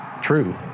true